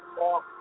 off